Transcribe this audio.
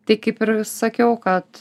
tik kaip ir sakiau kad